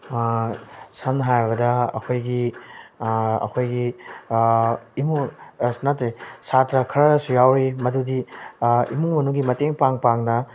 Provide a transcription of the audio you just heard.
ꯁꯝꯅ ꯍꯥꯏꯔꯕꯗ ꯑꯩꯈꯣꯏꯒꯤ ꯑꯩꯈꯣꯏꯒꯤ ꯏꯃꯨꯡ ꯑꯁ ꯅꯠꯇꯦ ꯁꯥꯇ꯭ꯔ ꯈꯔꯁꯨ ꯌꯥꯎꯔꯤ ꯃꯗꯨꯗꯤ ꯏꯃꯨꯡ ꯃꯅꯨꯡꯒꯤ ꯃꯇꯦꯡ ꯄꯥꯡ ꯄꯥꯡꯅ